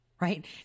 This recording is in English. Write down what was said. right